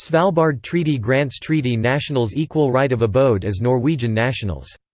svalbard treaty grants treaty nationals equal right of abode as norwegian nationals.